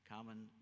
common